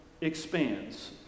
expands